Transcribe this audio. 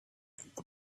the